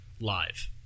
live